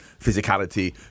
physicality